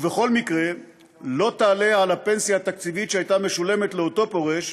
ובכל מקרה לא תעלה על הפנסיה התקציבית שהייתה משולמת לאותו פורש